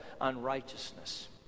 unrighteousness